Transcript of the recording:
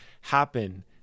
happen